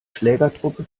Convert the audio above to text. schlägertruppe